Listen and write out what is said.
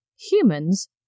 Humans